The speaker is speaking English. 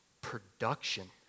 production